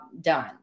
done